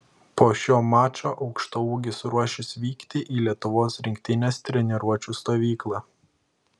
po šio mačo aukštaūgis ruošis vykti į lietuvos rinktinės treniruočių stovyklą